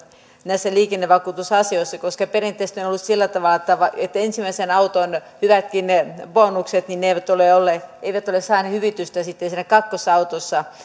näissä liikennevakuutusasioissa koska perinteisesti on ollut sillä tavalla että ensimmäisen auton hyvätkään bonukset eivät ole saaneet hyvitystä sitten siinä kakkosautossa